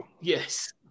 Yes